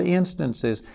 instances